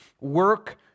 work